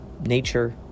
nature